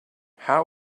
how